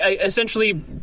essentially